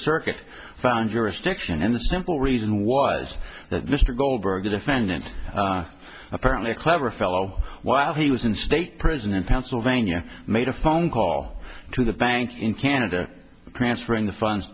circuit found jurisdiction and the simple reason was that mr goldberg a defendant apparently a clever fellow while he was in state prison in pennsylvania made a phone call to the bank in canada transferring the funds